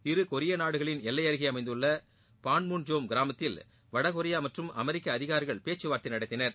இரு கொரிய நாடுகளின் எல்லை அருகே அமைந்துள்ள பான்முன்ஜோம் கிராமத்தில் வடகொரிய மற்றும் அமெரிக்க அதிகாரிகள் பேச்சுவார்த்தை நடத்தினர்